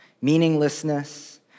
meaninglessness